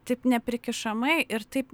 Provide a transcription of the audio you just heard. taip neprikišamai ir taip